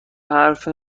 حرف